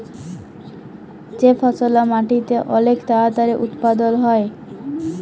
যে ফসললা মাটিতে অলেক তাড়াতাড়ি উৎপাদল হ্যয়